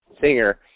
singer